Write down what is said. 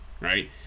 right